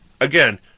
again